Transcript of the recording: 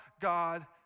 God